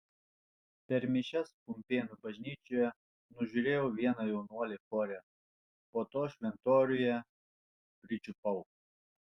per mišias pumpėnų bažnyčioje nužiūrėjau vieną jaunuolį chore po to šventoriuje pričiupau